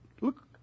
look